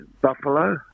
Buffalo